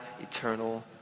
eternal